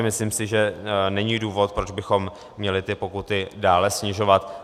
Myslím si, že není důvod, proč bychom měli ty pokuty dále snižovat.